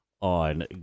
on